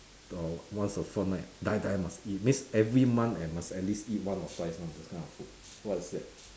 or once a fortnight die die must eat means every month and must at least eat once or twice [one] those kind of food what is that